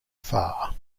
far